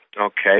okay